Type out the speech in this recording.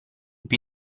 più